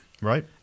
Right